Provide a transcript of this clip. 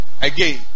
Again